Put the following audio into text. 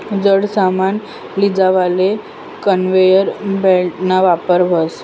जड सामान लीजावाले कन्वेयर बेल्टना वापर व्हस